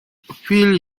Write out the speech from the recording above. fill